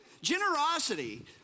Generosity